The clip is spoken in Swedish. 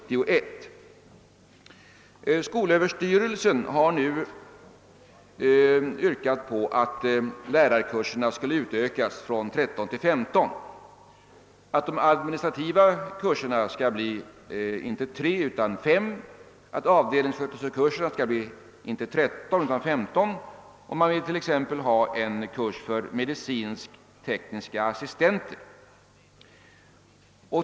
Skolöverstyrelsen har nu yrkat att lärarkurserna skall utökas från 13 till 15, att de administrativa kurserna skall bli fem i stället för tre, att avdelningssköterskekurserna inte skall vara 13, utan 15, och man vill ha en kurs för medicinsk-tekniska assistenter.